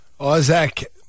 Isaac